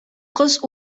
кыз